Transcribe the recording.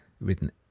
written